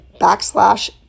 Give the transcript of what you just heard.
backslash